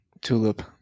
tulip